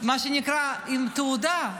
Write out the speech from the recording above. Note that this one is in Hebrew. מה שנקרא עם תעודה,